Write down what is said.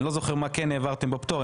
אני לא זוכר מה כן העברתם בפטור.